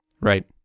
Right